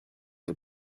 for